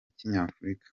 kinyafurika